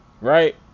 Right